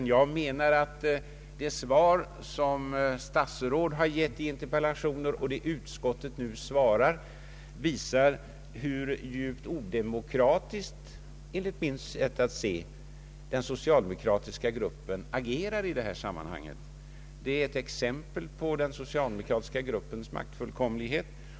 Men jag menar att de svar som statsråd avgivit i interpellationsdebatter och det som utskottet nu skriver, visar hur djupt odemokratiskt den socaldemokratiska gruppen enligt mitt sätt att se agerar i detta sammanhang. Det är ett exempel på den socialdemokratiska gruppens maktfullkomlighet.